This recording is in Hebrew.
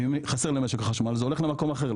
ואם חסר למשק החשמל זה הולך למקום אחר.